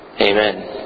Amen